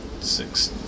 six